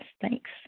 Thanks